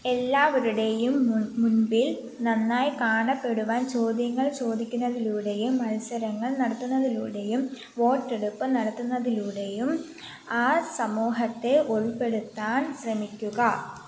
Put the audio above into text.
എല്ലാവരുടെയും മു മുൻപിൽ നന്നായി കാണപ്പെടുവാൻ ചോദ്യങ്ങൾ ചോദിക്കുന്നതിലൂടെയും മത്സരങ്ങൾ നടത്തുന്നതിലൂടെയും വോട്ട് എടുപ്പ് നടത്തുന്നതിലൂടെയും ആ സമൂഹത്തെ ഉൾപ്പെടുത്താൻ ശ്രമിക്കുക